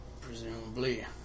Presumably